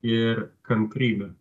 ir kantrybę